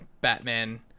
Batman